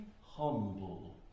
humble